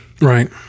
Right